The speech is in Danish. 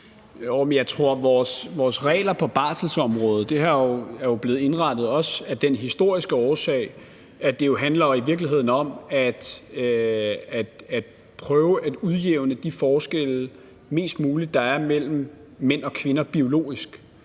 jeg tror også, at vores regler på barselsområdet er blevet indrettet af den historiske årsag, at det jo i virkeligheden handler om at prøve mest muligt at udjævne de forskelle, der er mellem mænd og kvinder biologisk,